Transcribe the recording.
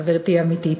חברתי האמיתית,